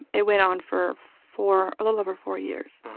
it went on for four, a little over four years.